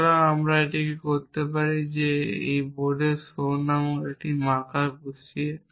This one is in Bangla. সুতরাং আমরা এটি করতে পারি এখানে বোর্ডে শো নামক একটি মার্কার বসিয়ে